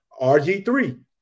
RG3